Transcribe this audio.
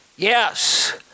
Yes